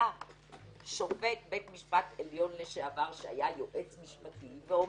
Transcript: בא שופט בית משפט עליון לשעבר שהיה יועץ משפטי ואומר: